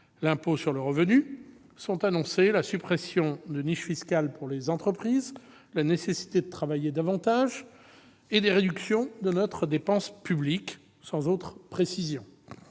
l'impôt sur le revenu, sont annoncées la suppression de niches fiscales pour les entreprises, la nécessité de travailler davantage et des réductions de notre dépense publique, sans autres précisions.